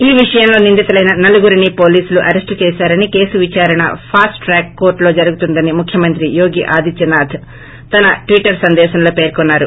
ఈ విషయంలో నిందితులైన నలుగురినీ పోలీసులు అరెస్లు చేశారని కేసు విదారణ ఫాస్ట్ ట్రాక్ కోర్లులో జరుగుతుందని ముఖ్యమంత్రి యోగి ఆదిత్యనాథ్ తన ట్వీట్ సందేశంలో పేర్కొన్నారు